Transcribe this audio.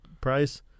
price